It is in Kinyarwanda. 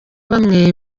bamwe